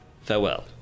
Farewell